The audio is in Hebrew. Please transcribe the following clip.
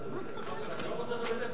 לא מוצא חן בעיניך?